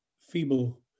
feeble